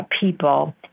people